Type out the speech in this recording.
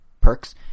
perks